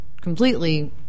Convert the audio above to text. completely